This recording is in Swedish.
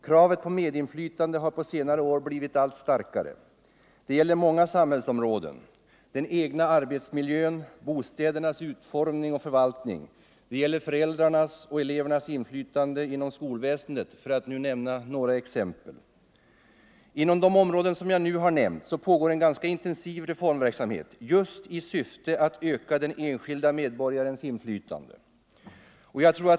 Kravet på medinflytande har på senare år blivit allt starkare. Det gäller många samhällsområden: den egna arbetsmiljön, bostädernas utformning och förvaltning. Det gäller föräldrarnas och elevernas inflytande inom skolväsendet. Inom de områden som jag nu har nämnt pågår en ganska intensiv reformverksamhet, just i syfte att öka den enskilda medborgarens inflytande.